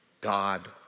God